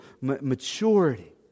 maturity